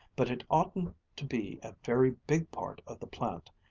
but it oughtn't to be a very big part of the plant.